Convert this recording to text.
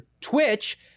Twitch